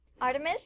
Artemis